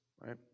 right